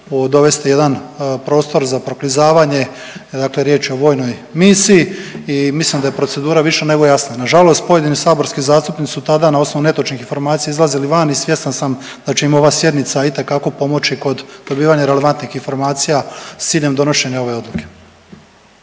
dovesti jedan prostor za proklizavanje, dakle riječ je vojnoj misiji i mislim da je procedura više nego jasna. Nažalost pojedini saborski zastupnici su tada na osnovu netočnih informacija izlazili van i svjestan sam da će im ova sjednica itekako pomoći kod dobivanja relevantnih informacija s ciljem donošenja ove odluke.